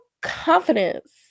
confidence